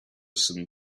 some